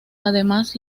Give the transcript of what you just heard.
además